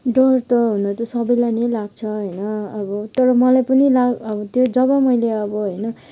डर त हुनु त सबैलाई नै लाग्छ होइन अब तर मलाई पनि लाग् अब त्यो जब मैले अब होइन